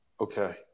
Okay